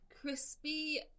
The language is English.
crispy